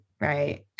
right